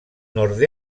nord